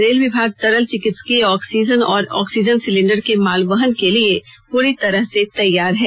rail विभाग तरल चिकित्सीय ऑक्सीजन और ऑक्सीजन सिलेंडर के मालवहन के लिए पूरी तरह से तैयार है